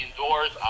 indoors